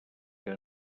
que